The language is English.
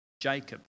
Jacob